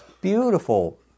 beautiful